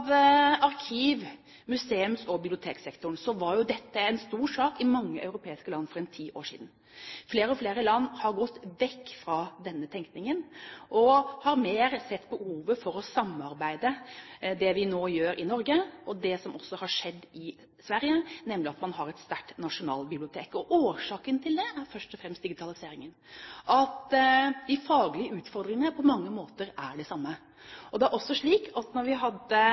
arkiv-, bibliotek- og museumssektoren, var dette en stor sak i mange europeiske land for ca. ti år siden. Flere og flere land har gått vekk fra denne tenkningen og mer sett behovet for å samarbeide om – det vi nå gjør i Norge, og som også har skjedd i Sverige – et sterkt nasjonalbibliotek. Årsaken til det er først og fremst digitaliseringen. De faglige utfordringer er på mange måter de samme. Det er også slik at når vi